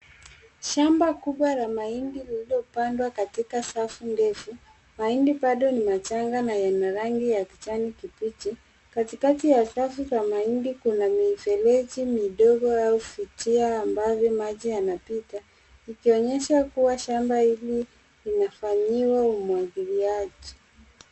Shamba kubwa la mahindi lilopandwa katika safu ndefu, mahindi bado ni machanga na yana rangi ya kijani kibichi. Katikati ya safu za mahindi kuna mifereji midogo au vutia ambavyo maji yanapita ikionyesha kuwa shamba hili limefanyiwa umwagiliaji.